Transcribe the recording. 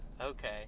okay